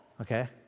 Okay